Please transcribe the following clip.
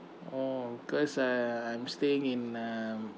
oh cause I'm staying in uh